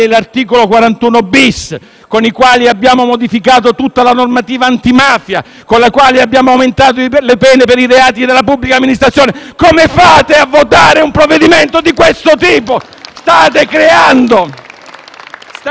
41-*bis*, abbiamo modificato tutta la normativa antimafia e abbiamo aumentato le pene per i reati nella pubblica amministrazione: come fate a votare un provvedimento di questo tipo? *(Applausi